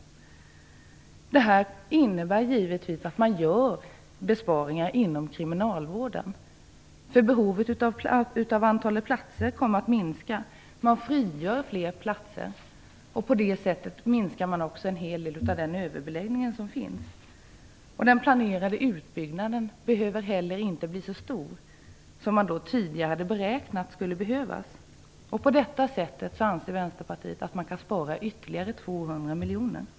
Det här innebär givetvis att man gör besparingar inom kriminalvården. Behovet av platser kommer att minska. Det frigörs då fler platser, och på det sättet kommer den överbeläggning som nu finns också att minska. Den planerade utbyggnaden behöver heller inte bli så stor som man tidigare hade beräknat skulle behövas. Vänsterpartiet anser att man på det sättet kan spara ytterligare 200 miljoner.